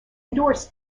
endorsed